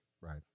right